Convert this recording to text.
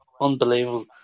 unbelievable